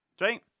right